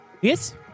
Yes